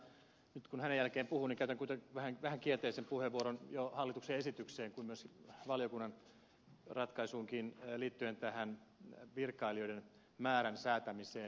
mutta olisin kyllä nyt kun hänen jälkeensä puhun käyttänyt vähän kielteisen puheenvuoron niin hallituksen esitykseen kuin valiokunnan ratkaisuunkin liittyen virkailijoiden määrän säätämisen osalta